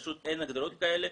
פשוט אין הגדרות כאלה.